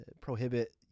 prohibit